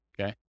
okay